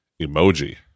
emoji